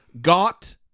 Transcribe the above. got